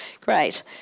Great